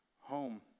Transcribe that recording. home